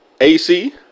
AC